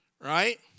Right